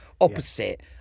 opposite